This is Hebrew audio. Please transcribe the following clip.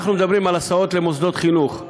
אנחנו מדברים על הסעות למוסדות חינוך,